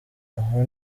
aho